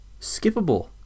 skippable